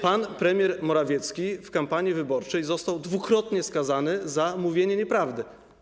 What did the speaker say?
Pan premier Morawiecki w kampanii wyborczej został dwukrotnie skazany za mówienie nieprawdy.